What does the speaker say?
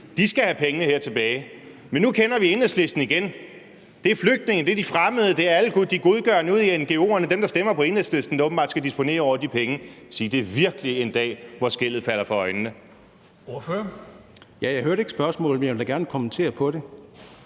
skal have pengene her tilbage. Men nu kender vi Enhedslisten igen. Det er flygtninge, det er de fremmede, det er alle de godgørende ude blandt ngo'erne, dem, der stemmer på Enhedslisten, der åbenbart skal disponere over de penge. Det er virkelig en dag, hvor skællene falder fra øjnene.